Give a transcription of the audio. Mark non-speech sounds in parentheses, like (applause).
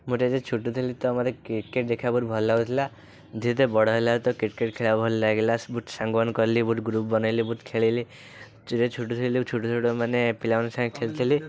ମୁଁ (unintelligible) ଛୋଟ ଥିଲି ତ ମୋତେ କ୍ରିକେଟ୍ ଦେଖିବାକୁ ବହୁତ ଭଲ ଲାଗୁଥିଲା ଯେତେ ବଡ଼ ହେଲା ତ କ୍ରିକେଟ୍ ଖେଳିବାକୁ ଭଲ ଲାଗିଲା ସବୁ ସାଙ୍ଗମାନଙ୍କୁ କହିଲି ଗୋଟେ ଗ୍ରୁପ୍ ବନାଇଲି ବହୁତ ଖେଳିଲି ଯେତେ ଛୋଟ ଥିଲୁ ଛୋଟଛୋଟ ମାନେ ପିଲାମାନଙ୍କ ସାଙ୍ଗେ ଖେଳିଥିଲି